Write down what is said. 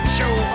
show